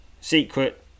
Secret